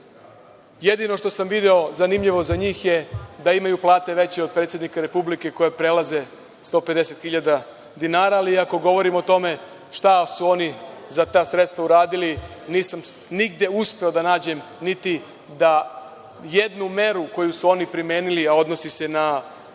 Jedino što sam video zanimljivo za njih je da imaju plate veće od predsednika Republike koje prelaze 150.000 dinara, ali ako govorimo o tome šta su oni za ta sredstva uradili nisam nigde uspeo da nađem, niti jednu meru koju su oni primenili, a odnosi se na